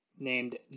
named